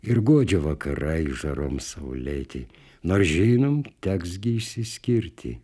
ir guodžia vakarai žarom sau ledi nors žinom teks išsiskirti